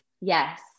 Yes